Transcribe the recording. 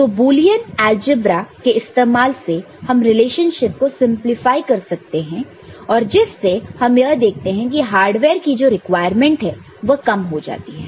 तो Boolean algebra के इस्तेमाल से हम रिलेशनशिप को सिंपलीफाई कर सकते हैं और जिस से हम यह देखते हैं कि हार्डवेयर की जो रिक्वायरमेंट है वह कम हो जाती है